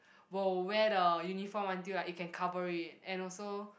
will wear the uniform until like it can cover it and also